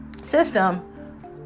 system